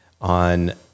on